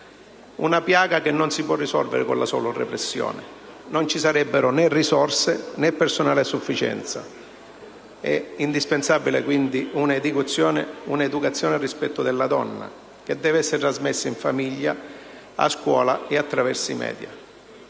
una piaga che non si può risolvere con la sola repressione: non ci sarebbero né risorse né personale a sufficienza. È indispensabile, quindi, un'educazione al rispetto della donna, che deve essere trasmessa in famiglia, a scuola e attraverso i *media*.